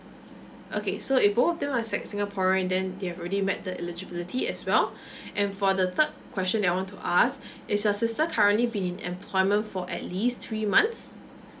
okay so if both of them are sec singaporean and then they have already met the eligibility as well and for the third question that I want to ask is your sister currently be in employment for at least three months